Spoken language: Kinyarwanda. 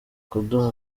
kudaha